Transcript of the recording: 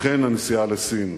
לכן הנסיעה לסין.